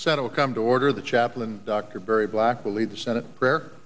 settle come to order the chaplain dr barry black to lead the senate